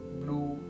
blue